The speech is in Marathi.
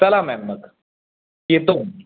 चला मॅम मग येतो मी